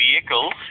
vehicle